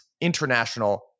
international